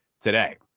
today